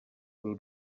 uru